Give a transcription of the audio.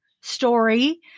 story